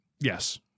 yes